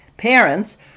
Parents